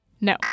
No